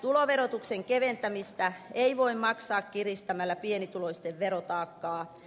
tuloverotuksen keventämistä ei voi maksaa kiristämällä pienituloisten verotaakkaa